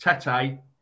Tete